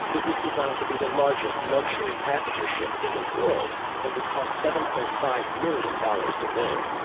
it was designed to be the largest luxury passenger ship in the world and would cost seven point five million dollars to build.